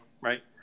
right